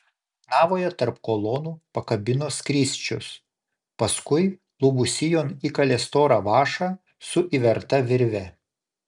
navoje tarp kolonų pakabino skrysčius paskui lubų sijon įkalė storą vąšą su įverta virve